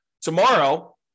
tomorrow